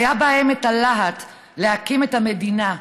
שהיה בהן הלהט להקים את המדינה,